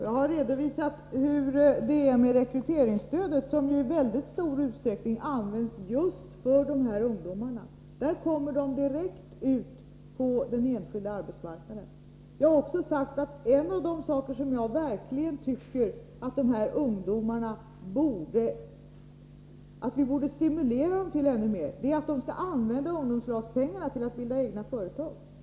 Jag har redovisat hur det förhåller sig när det gäller rekryteringsstödet, som ju i mycket stor utsträckning används just för de här ungdomarna. Med hjälp av detta kommer de direkt ut på den enskilda arbetsmarknaden. Jag har också sagt att en av de saker jag verkligen tycker att vi i större utsträckning borde stimulera de här ungdomarna till är att de skall använda ungdomslagspengarna till att bilda egna företag.